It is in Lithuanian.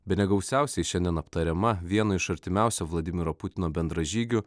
bene gausiausiai šiandien aptariama vieno iš artimiausių vladimiro putino bendražygių